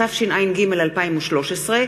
התשע"ג 2013,